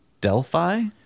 Delphi